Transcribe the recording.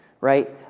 right